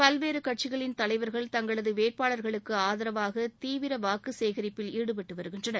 பல்வேறு கட்சிகளின் தலைவர்கள் தங்களது வேட்பாளர்களுக்கு ஆதரவாக தீவிர வாக்குசேகரிப்பில் ஈடுபட்டு வருகின்றனர்